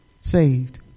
saved